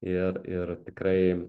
ir ir tikrai